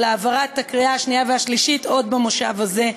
העברת ההצעה בקריאה השנייה והשלישית עוד במושב הזה,